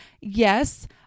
Yes